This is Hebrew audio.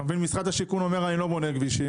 משרד השיכון אומר: אני לא בונה כבישים,